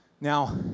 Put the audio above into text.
Now